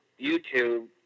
YouTube